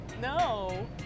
No